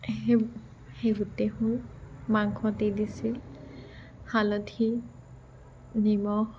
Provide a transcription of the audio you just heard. সে সেই গোটেইবোৰ মাংসতে দিছিল হালধি নিমখ